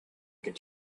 get